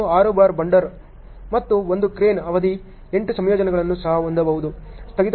ನಾನು 6 bar bender ಮತ್ತು 1 crane ಅವಧಿ 8 ಸಂಯೋಜನೆಯನ್ನು ಸಹ ಹೊಂದಬಹುದು